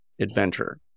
adventure